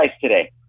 today